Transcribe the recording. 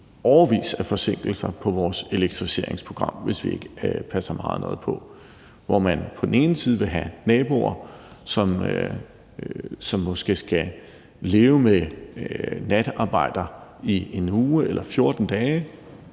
årevis af forsinkelser på vores elektrificeringsprogram, hvis vi ikke passer meget nøje på. Man vil på den ene side have naboer, som måske skal leve med natarbejder i en uge eller 14 dage,